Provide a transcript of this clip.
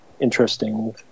interesting